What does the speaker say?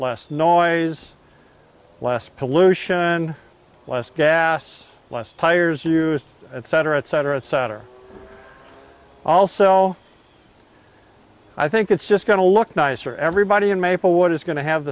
less noise less pollution less gas less tires used cetera et cetera et cetera also i think it's just going to look nice for everybody in maplewood is going to have